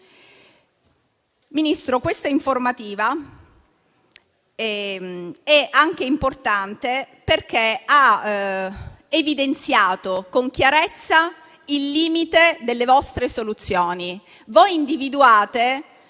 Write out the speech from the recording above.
Ministro, questa informativa è importante anche perché ha evidenziato con chiarezza il limite delle vostre soluzioni.